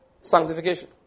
sanctification